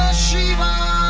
shiva.